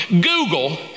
Google